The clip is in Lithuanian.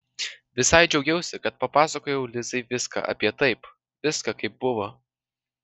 visai džiaugiausi kad papasakojau lizai viską apie taip viską kaip buvo